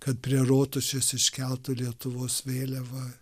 kad prie rotušės iškeltų lietuvos vėliavą